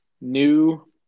New